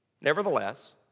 Nevertheless